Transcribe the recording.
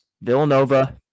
Villanova